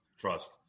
trust